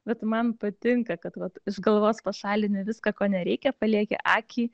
bet man patinka kad vat iš galvos pašalini viską ko nereikia palieki akį